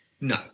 No